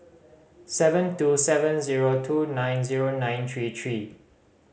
seven two seven zero two nine zero nine three three